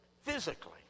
physically